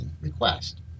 request